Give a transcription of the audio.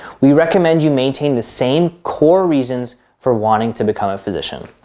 we recommend you maintain the same core reasons for wanting to become a physician,